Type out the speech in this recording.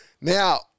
Now